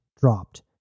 dropped